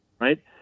right